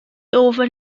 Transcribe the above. ofyn